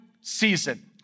season